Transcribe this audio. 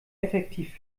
effektiv